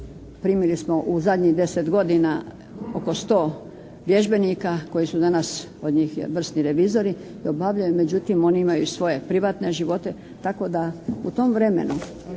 primili smo u zadnjih 10 godina oko 100 vježbenika koji su danas od njih vrsni revizori i obavljaju, međutim oni imaju svoje privatne živote, tako da u tom vremenu